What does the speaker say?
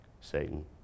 Satan